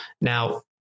Now